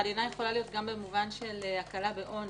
חנינה יכולה להיות גם במובן של הקלה בעונש.